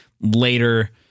later